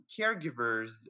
caregivers